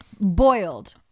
boiled